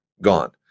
gone